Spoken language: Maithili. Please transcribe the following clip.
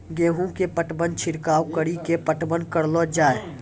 गेहूँ के पटवन छिड़काव कड़ी के पटवन करलो जाय?